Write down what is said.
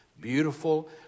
beautiful